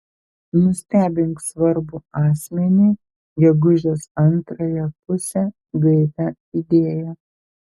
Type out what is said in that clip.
nustebink svarbų asmenį gegužės antrąją pusę gaivia idėja